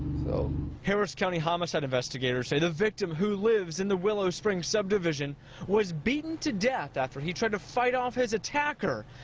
so reporter harris county homicide investigators say the victim who lives in the willow springs subdivision was beaten to death after he tried to fight off his attacker.